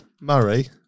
Murray